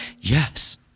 Yes